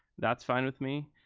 that's fine with me,